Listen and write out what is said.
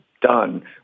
done